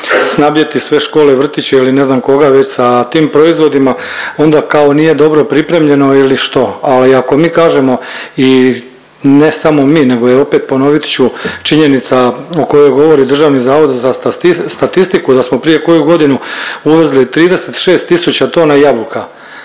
snabdjeti sve škole i vrtiće ili ne znam koga već sa tim proizvodima onda kao nije dobro pripremljeno ili što, ali ako mi kažemo i ne samo mi nego je opet ponovit ću činjenica o kojoj govori DZS da smo prije koju godinu uvezli 36 tisuća tona jabuka